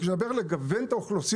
כשאני אומר לגוון את האוכלוסיות,